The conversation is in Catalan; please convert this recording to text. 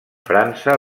frança